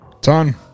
Ton